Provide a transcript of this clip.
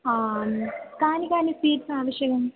आं कानि कानि स्वीट्स् आवश्यकम्